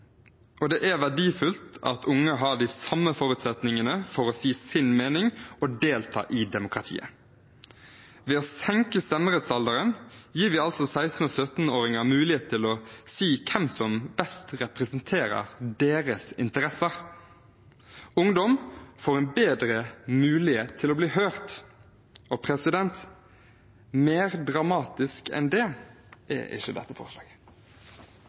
og det er verdifullt at unge har de samme forutsetningene for å si sin mening og delta i demokratiet. Ved å senke stemmerettsalderen gir vi 16- og 17-åringer mulighet til å si hvem som best representerer deres interesser. Ungdom får en bedre mulighet til å bli hørt. Mer dramatisk enn det er ikke dette forslaget.